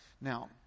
Now